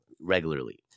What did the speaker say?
regularly